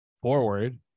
forward